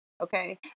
Okay